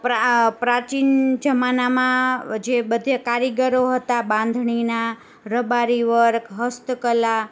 પ્રાચીન જમાનામાં જે બધે કારીગરો હતા બાંધણીના રબારી વર્ક હસ્તકલા